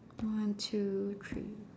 one two three